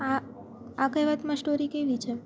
આ આ કહેવતમાં સ્ટોરી કેવી છે